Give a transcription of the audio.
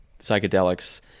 psychedelics